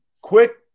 Quick